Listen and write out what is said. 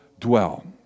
dwell